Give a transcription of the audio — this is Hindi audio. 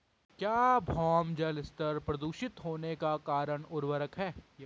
क्या भौम जल स्तर प्रदूषित होने का कारण उर्वरक है?